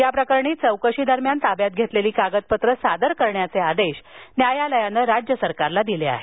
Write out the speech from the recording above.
या प्रकरणी चौकशीदरम्यान ताब्यात घेतलेली कागदपत्रं सादर करण्याचे आदेश न्यायालयानं राज्य सरकारला दिले आहेत